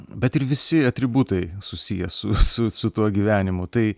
bet ir visi atributai susiję su su su tuo gyvenimu tai